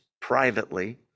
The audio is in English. privately